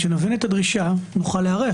כשנבין את הדרישה נוכל להיערך,